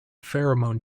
pheromone